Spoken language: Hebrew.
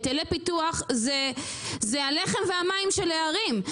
היטלי פיתוח זה הלחם והמים של הערים.